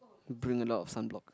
bring a lot of sunblock